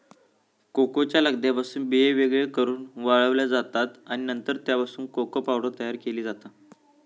कोकोच्या लगद्यापासून बिये वेगळे करून वाळवले जातत आणि नंतर त्यापासून कोको पावडर तयार केली जाता